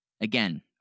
Again